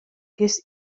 kinst